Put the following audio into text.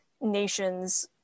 nations